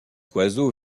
oiseau